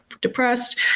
depressed